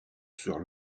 sous